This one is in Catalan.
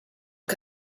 que